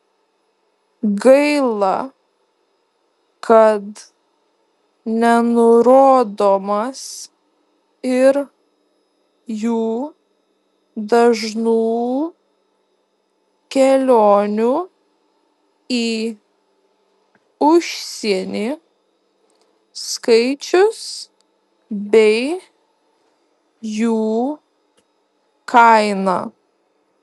gaila kad nenurodomas ir jų dažnų kelionių į užsienį skaičius bei jų kaina